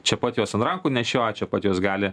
čia pat juos ant rankų nešioja čia pat juos gali